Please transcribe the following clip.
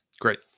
great